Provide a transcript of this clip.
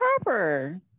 proper